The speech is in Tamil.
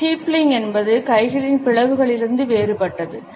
ஸ்டீப்ளிங் என்பது கைகளின் பிளவுகளிலிருந்து வேறுபட்டது